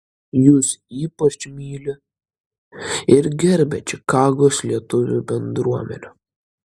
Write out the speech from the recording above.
jus ypač myli ir gerbia čikagos lietuvių bendruomenė